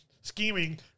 scheming